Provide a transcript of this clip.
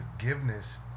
forgiveness